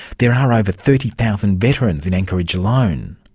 there are over thirty thousand veterans in anchorage alone.